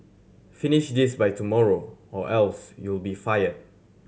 finish this by tomorrow or else you'll be fired